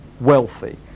wealthy